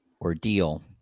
ordeal